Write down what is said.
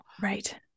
Right